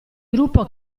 gruppo